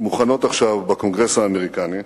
שמוכנות עכשיו בקונגרס האמריקני,